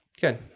Good